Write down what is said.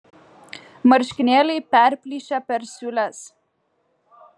marškinėliai perplyšę per siūles